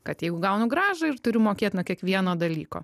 kad jeigu gaunu grąžą ir turiu mokėt nuo kiekvieno dalyko